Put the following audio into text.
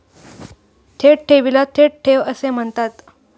थेट ठेवीला थेट ठेव असे म्हणतात